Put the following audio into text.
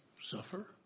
suffer